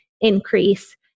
increase